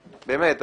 באמת,